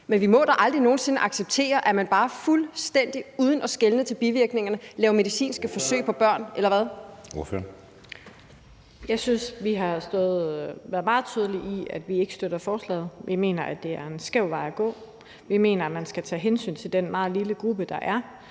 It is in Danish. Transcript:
Men vi må da aldrig nogen sinde acceptere, at man bare fuldstændig uden at skele til bivirkningerne laver medicinske forsøg på børn, eller hvad? Kl. 20:02 Anden næstformand (Jeppe Søe): Ordføreren. Kl. 20:02 Camilla Fabricius (S): Jeg synes, vi har været meget tydelige med, at vi ikke støtter forslaget. Vi mener, at det er en skæv vej at gå. Vi mener, at man skal tage hensyn til den meget lille gruppe, der er.